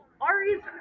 Ari's